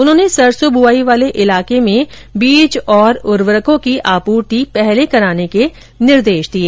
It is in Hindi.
उन्होंने सरसों बुवाई वाले इलाके में बीज और उर्वरकों की आपूर्ति पहले कराने के निर्देश दिए